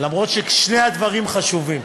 אף ששני הדברים חשובים.